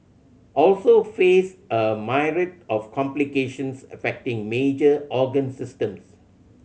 also face a myriad of complications affecting major organ systems